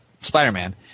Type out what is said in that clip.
Spider-Man